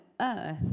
earth